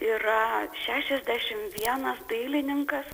yra šešiasdešim vienas dailininkas